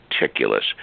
meticulous